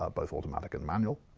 ah both automatic and manual,